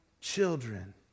children